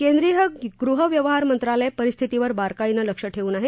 केंद्रीय गृह व्यवहार मंत्रालय परिस्थितीवर बारकाईनं लक्ष ठेवून आहे